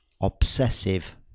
obsessive